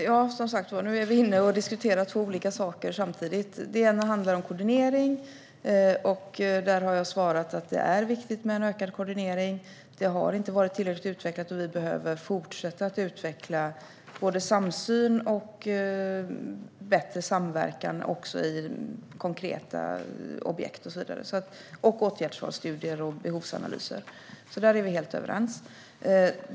Herr talman! Nu diskuterar vi två olika saker samtidigt. Den ena frågan handlar om koordinering. Där har jag svarat att det är viktigt med en ökad koordinering. Det har inte varit tillräckligt utvecklat, och vi behöver fortsätta att utveckla både samsyn och bättre samverkan också i konkreta objekt och så vidare samt åtgärdsvalsstudier och behovsanalyser. Där är vi helt överens.